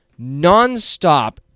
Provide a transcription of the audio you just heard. nonstop